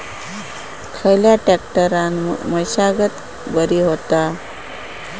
खयल्या ट्रॅक्टरान मशागत बरी होता?